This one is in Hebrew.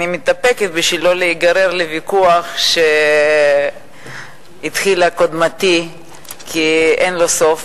אני מתאפקת לא להיגרר לוויכוח שהתחילה קודמתי כי אין לו סוף,